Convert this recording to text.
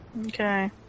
Okay